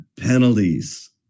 penalties